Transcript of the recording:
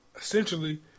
Essentially